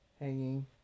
hanging